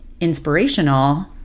inspirational